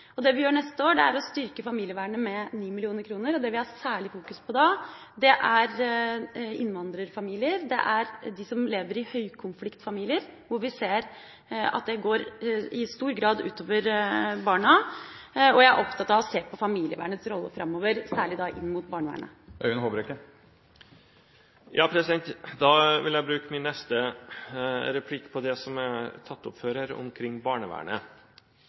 godt. Det vi gjør neste år, er å styrke familievernet med 9 mill. kr. Da vil vi særlig fokusere på innvandrerfamilier og på dem som lever i høykonfliktfamilier, hvor vi ser at det i stor grad går ut over barna. Jeg er opptatt av å se på familievernets rolle framover, særlig inn mot barnevernet. Da vil jeg bruke min neste replikk på det som er tatt opp før her omkring barnevernet.